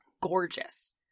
gorgeous